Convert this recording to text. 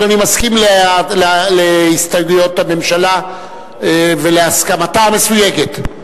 אדוני מסכים להסתייגויות הממשלה ולהסכמתה המסויגת?